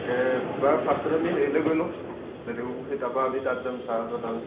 তাকে বাৰু ফাষ্টত আমি হেৰিয়ালৈ গৈ লওঁঁ লেটেকুপুখুৰী তাৰপৰা আমি তাত যাম ছাৰহঁতৰ তালৈ